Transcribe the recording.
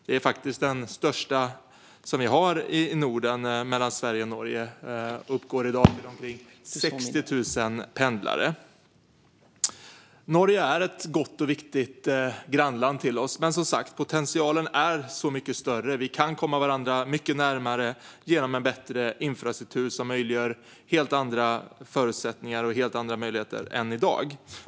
Det är faktiskt den största som vi har i Norden - den mellan Sverige och Norge. Den uppgår i dag till omkring 60 000 pendlare. Norge är ett gott och viktigt grannland till oss. Men, som sagt, potentialen är mycket större. Vi kan komma varandra mycket närmare genom en bättre infrastruktur som ger helt andra förutsättningar och helt andra möjligheter än i dag.